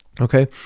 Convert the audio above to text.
Okay